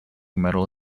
medal